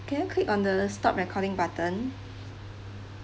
can you click on the stop recording button